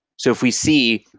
so if we see,